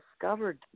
discovered